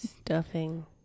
Stuffing